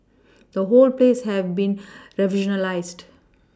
the whole place has been revolutionised